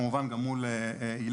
כמובן גם מול הילה,